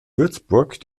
würzburg